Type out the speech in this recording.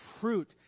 fruit